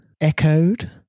echoed